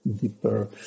deeper